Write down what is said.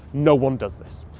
no-one does this.